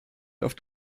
oft